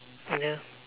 and ya